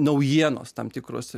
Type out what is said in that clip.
naujienos tam tikros